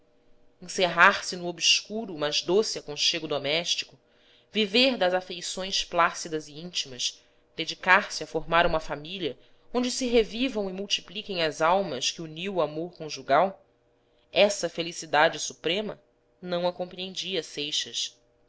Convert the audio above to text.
tule encerrar-se no obscuro mas doce conchego doméstico viver das afeições plácidas e íntimas dedicar-se a formar uma família onde se revivam e multipliquem as almas que uniu o amor conjugal essa felicidade suprema não a compreendia seixas